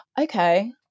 Okay